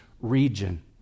region